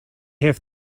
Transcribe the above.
have